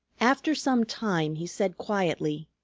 after some time he said quietly,